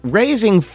raising